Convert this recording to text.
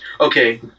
Okay